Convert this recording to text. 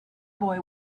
boy